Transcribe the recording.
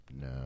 No